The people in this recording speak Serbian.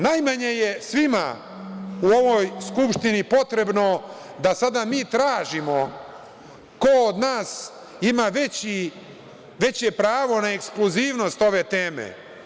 Najmanje je svima u ovoj Skupštini potrebno da sada mi tražimo ko od nas ima veće pravo na ekskluzivnost ove teme.